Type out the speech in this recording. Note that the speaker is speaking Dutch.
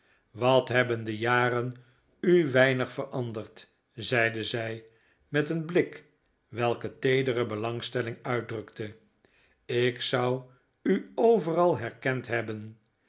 wat hebben de jaren u weinig veranderd zeide zij met een blik welke teedere belangstelling uitdrukte ik zou u overal herkend hebben